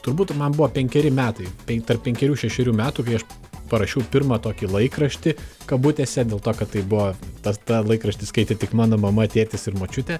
turbūt man buvo penkeri metai pe tarp penkerių šešerių metų kai aš parašiau pirmą tokį laikraštį kabutėse dėl to kad tai buvo tas tą laikraštį skaitė tik mano mama tėtis ir močiutė